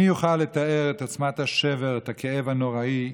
מי יוכל לתאר את עוצמת השבר, את הכאב הנוראי,